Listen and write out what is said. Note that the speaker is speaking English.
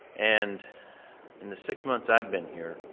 and in the six months i've been here,